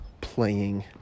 playing